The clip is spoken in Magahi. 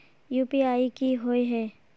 यु.पी.आई की होय है?